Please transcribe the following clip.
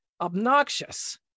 obnoxious